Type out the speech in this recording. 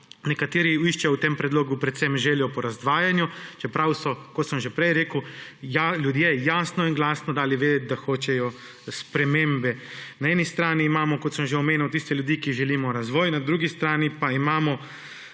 Nekateri iščejo v tem predlogu predvsem željo po razdvajanju, čeprav so, kot sem že prej rekel, ljudje jasno in glasno dali vedeti, da hočejo spremembe. Na eni strani imamo, kot sem že omenil, tiste ljudi, ki želimo razvoj, na drugi strani pa imamo,